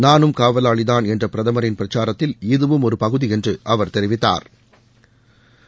நானும் காவலாளி தான் என்ற பிரதமரின் பிரச்சாரத்தில் இதுவும் ஒரு பகுதி என்று அவர் தெரிவித்தாா்